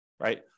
Right